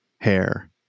hair